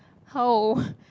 how